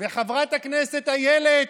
וחברת הכנסת איילת,